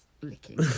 licking